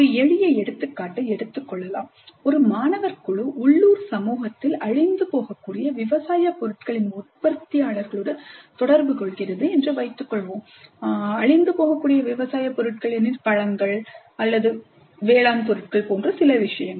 ஒரு எளிய எடுத்துக்காட்டை எடுத்துக் கொள்ளலாம் ஒரு மாணவர் குழு உள்ளூர் சமூகத்தில் அழிந்துபோகக்கூடிய விவசாய பொருட்களின் உற்பத்தியாளர்களுடன் தொடர்புகொள்கிறது என்று வைத்துக்கொள்வோம் சில வகையான பழங்கள் அல்லது அழிந்துபோகக்கூடிய பொருட்கள் வேளாண் பொருட்கள் போன்ற சில விஷயங்கள்